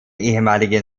ehemaligen